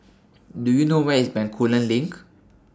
Do YOU know Where IS Bencoolen LINK